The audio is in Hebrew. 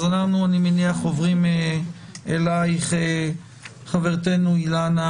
אנחנו עוברים אליך, חברתנו אילנה